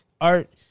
art